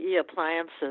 Appliances